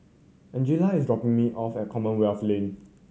Angella is dropping me off at Commonwealth Lane